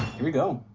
here we go.